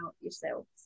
yourselves